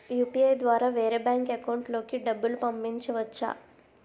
UPI ద్వారా వేరే bank account లోకి డబ్బులు పంపించవచ్చా?